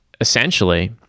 essentially